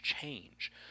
change